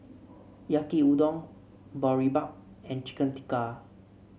Yaki Udon Boribap and Chicken Tikka